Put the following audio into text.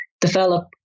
develop